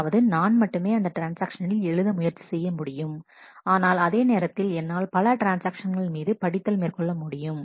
அதாவது நான் மட்டுமே அந்த ட்ரான்ஸ்ஆக்ஷனில் எழுத முயற்சி செய்ய முடியும் ஆனால் அதேநேரத்தில் என்னால் பல ட்ரான்ஸ்ஆக்ஷன்கள் மீது படித்தல் மேற்கொள்ள முடியும்